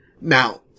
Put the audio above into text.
now